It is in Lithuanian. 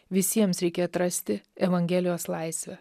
visiems reikia atrasti evangelijos laisvę